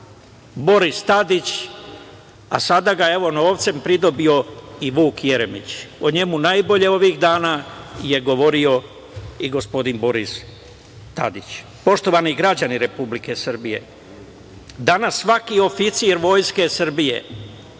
Boris Tadić, a sada ga evo novcem pridobio i Vuk Jeremić. O njemu najbolje ovih dana je govorio i gospodin Boris Tadić. Poštovani građani Republike Srbije, danas svaki oficir Vojske Srbije